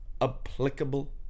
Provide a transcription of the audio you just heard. applicable